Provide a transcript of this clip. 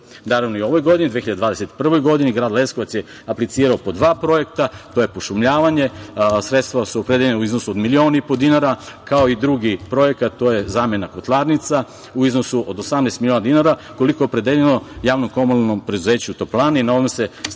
i u ovoj godini 2021. godini, Grad Leskovac je aplicirao po dva projekta, to je pošumljavanje. Sredstva su opredeljen a u iznosu od milion i po dinara, kao i drugi projekat, to je zamena kotlarnica u iznosu od 18 miliona dinara, koliko je opredeljeno JKP „Toplani“. Na ovome se stvarno